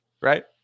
Right